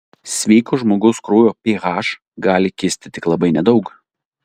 sveiko žmogaus kraujo ph gali kisti tik labai nedaug